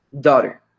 daughter